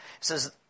says